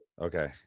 Okay